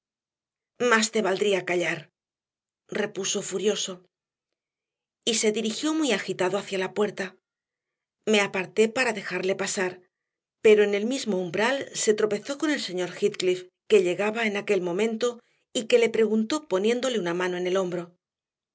más te valdría callar repuso furioso y se dirigió muy agitado hacia la puerta me aparté para dejarle pasar pero en el mismo umbral se tropezó con el señor heathcliff que llegaba en aquel momento y que le preguntó poniéndole una mano en el hombro